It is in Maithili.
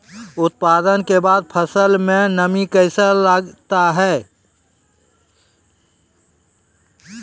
उत्पादन के बाद फसल मे नमी कैसे लगता हैं?